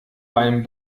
beim